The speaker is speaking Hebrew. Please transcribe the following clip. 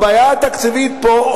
הבעיה התקציבית פה,